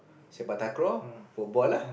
Sepak-Takraw football lah